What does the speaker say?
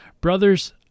Brothers